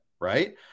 Right